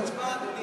זה רק הצבעה, אדוני.